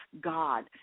God